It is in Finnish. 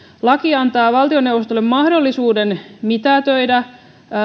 laki antaa valtioneuvostolle mahdollisuuden mitätöidä